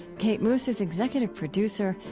kate moos is executive producer.